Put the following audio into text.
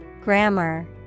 Grammar